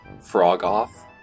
Frog-off